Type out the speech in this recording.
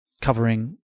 covering